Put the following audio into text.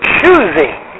choosing